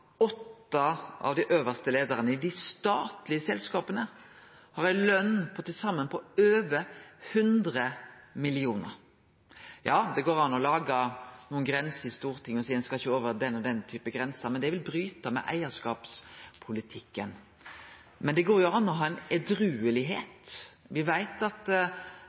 åtte av dei øvste leiarane i dei statlege selskapa har ei løn på til saman over 100 mill. kr. Det går an å lage nokre grenser i Stortinget og seie at ein ikkje skal over den og den grensa, men det vil bryte med eigarskapspolitikken. Men det går jo an å vere edrueleg. Me veit at